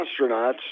astronauts